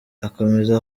akomeza